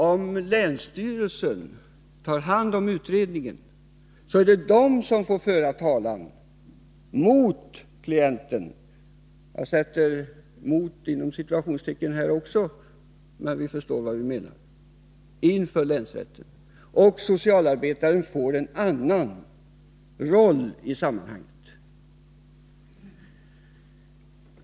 Om länsstyrelsen tar hand om utredningen, blir det förstås länsrätten som får föra talan ”mot” klienten — jag vill här för undvikande av missförstånd sätta ordet ”mot” mellan citationstecken —, och socialarbetaren får en annan roll i sammanhanget.